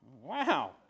wow